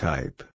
Type